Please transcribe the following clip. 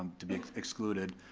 um to be excluded.